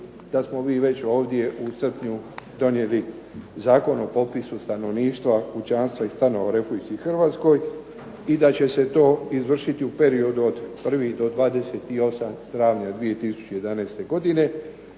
da smo mi već ovdje u srpnju donijeli Zakon o popisu stanovništva, pučanstva i stanovnika u RH i da će se to izvršiti u periodu od 1. do 28. travnja 2011. godine,